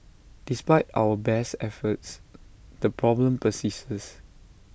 despite our best efforts the problem persists